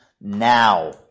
now